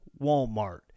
Walmart